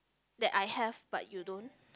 that I have but you don't